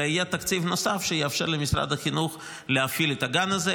אלא יהיה תקציב נוסף שיאפשר למשרד החינוך להפעיל את הגן הזה,